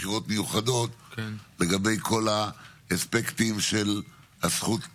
חברת הכנסת שרון ניר,